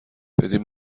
بدین